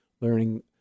learning